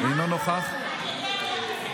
אינה נוכחת,